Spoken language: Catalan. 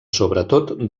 sobretot